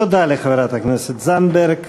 תודה לחברת הכנסת זנדברג.